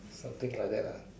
something like that lah